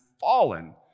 fallen